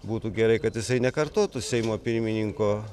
būtų gerai kad jisai nekartotų seimo pirmininko